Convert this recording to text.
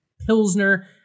pilsner